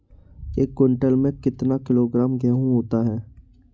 एक क्विंटल में कितना किलोग्राम गेहूँ होता है?